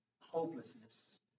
hopelessness